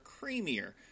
creamier